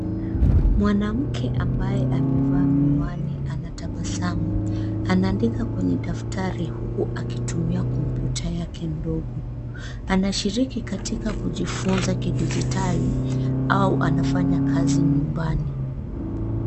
Mwanamke ambaye amevaa miwani anatabasamu, anaandika kwenye daftari huku akitumia kompyuta yake ndogo. Anashiriki katika kujifunza kidigitali au anafanya kazi nyumbani.